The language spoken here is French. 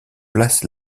place